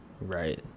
Right